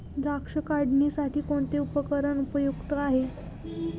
द्राक्ष काढणीसाठी कोणते उपकरण उपयुक्त आहे?